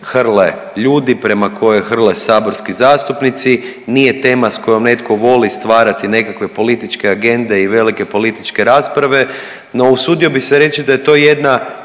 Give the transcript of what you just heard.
hrle ljude, prema kojoj hrle saborski zastupnici, nije tema s kojom netko voli stvarati nekakve političke agende i velike političke rasprave no usudio bi se reći da je to jedna